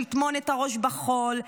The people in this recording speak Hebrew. לטמון את הראש בחול,